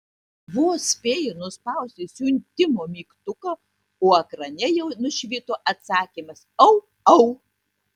vos spėjo nuspausti siuntimo mygtuką o ekrane jau nušvito atsakymas au au